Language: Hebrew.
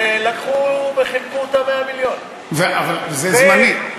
ולקחו וחילקו את 100 המיליון, זה זמני.